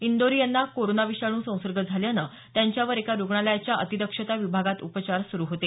इंदौरी यांना कोरोना विषाणू संसर्ग झाल्यानं त्यांच्यावर एका रुग्णालयाच्या अतिदक्षता विभागात उपचार सुरू होते